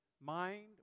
mind